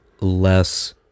less